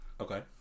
Okay